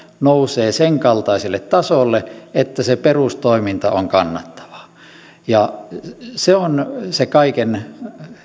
nousevat sen kaltaiselle tasolle että se perustoiminta on kannattavaa se on se kaiken